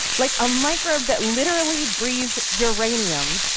like a microbe that literally breathes uranium,